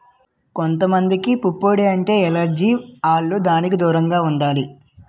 కొంత మందికి పుప్పొడి అంటే ఎలెర్జి ఆల్లు దానికి దూరంగా ఉండాలి